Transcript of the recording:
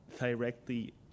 directly